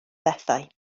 bethau